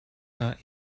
not